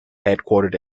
headquartered